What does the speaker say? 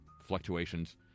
fluctuations